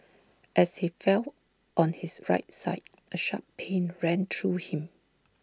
as he fell on his right side A sharp pain ran through him